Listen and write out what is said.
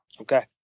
Okay